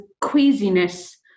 queasiness